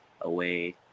away